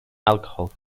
alcohol